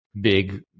big